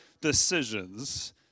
decisions